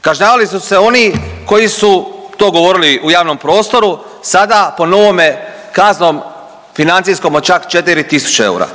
Kažnjavali su se oni koji su to govorili u javnom prostoru sada po novome kaznom financijskom od čak 4.000 eura.